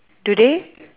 do they